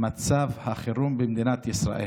מצב החירום במדינת ישראל.